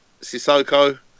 Sissoko